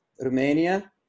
Romania